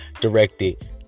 directed